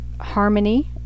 harmony